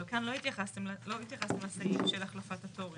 אבל כאן לא התייחסתם לסעיף של החלפת התורן.